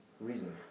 reason